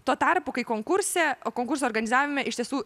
tuo tarpu kai konkurse o konkurso organizavime iš tiesų